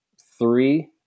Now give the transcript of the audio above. three